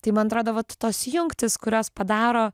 tai man atrodo vat tos jungtys kurios padaro